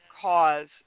cause